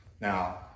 Now